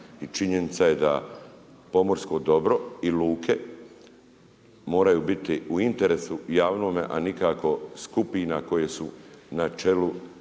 činjenica je da pomorsko dobro i luke moraju biti u interesu javnome a nikako skupina koje su na čelu